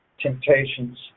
Temptations